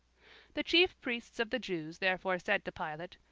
the chief priests of the jews therefore said to pilate,